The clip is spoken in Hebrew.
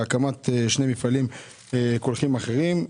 והקמת שני מפעלי קולחים אחרים.